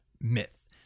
myth